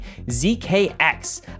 ZKX